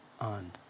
on